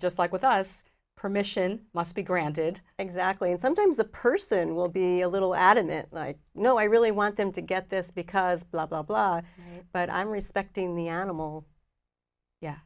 just like with us permission must be granted exactly and sometimes the person will be a little adamant like no i really want them to get this because blah blah blah but i'm respecting the animal yeah